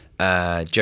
Joe